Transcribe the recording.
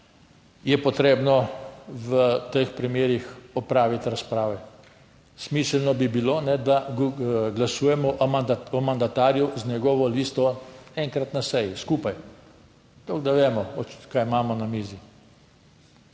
je potrebno v teh primerih opraviti razprave. Smiselno bi bilo, da glasujemo o mandatarju z njegovo listo enkrat na seji skupaj, toliko da vemo, kaj imamo na mizi.